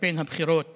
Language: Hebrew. בקמפיין הבחירות